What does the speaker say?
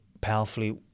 powerfully